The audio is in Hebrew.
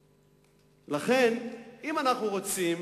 לכן, אם אנחנו רוצים